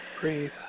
Breathe